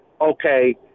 okay